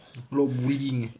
oh bullying eh